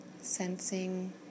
Sensing